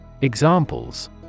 Examples